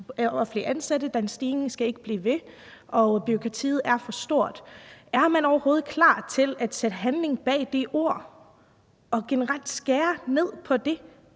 at den stigning ikke skal blive ved, og at bureaukratiet er for stort. Er man overhovedet klar til at sætte handling bag de ord og generelt skære ned på det